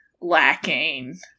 lacking